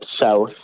south